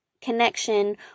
connection